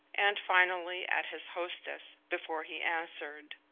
and finally at his hostess, before he answered.